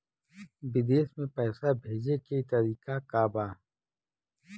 विदेश में पैसा भेजे के तरीका का बा?